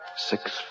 Six